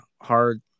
hard